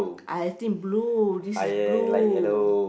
I think blue this is blue